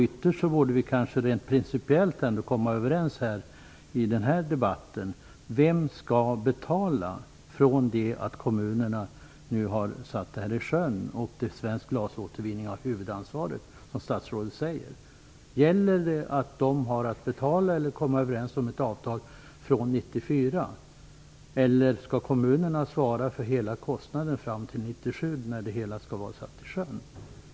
Ytterst borde vi kanske rent principiellt i den här debatten komma överens om vem som skall betala från det att kommunerna har satt det hela i sjön och till dess att Svensk glasåtervinning har huvudansvaret. Gäller det för Svensk glasåtervinning att man har att betala eller komma överens om ett avtal från 1994? Eller skall kommunerna svara för hela kostnaden fram till 1997 när det hela skall vara satt i sjön?